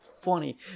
funny